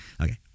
okay